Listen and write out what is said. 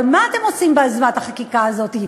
הרי מה אתם עושים ביוזמת החקיקה הזאת?